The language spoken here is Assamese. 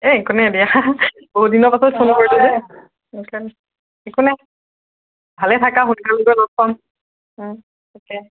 এই একো নহয় দিয়া বহুদিনৰ পাছত ফোন কৰিলোঁ যে সেইকাৰণে একো নাই ভালে থাকা সোনকালে লগ পাম তাকে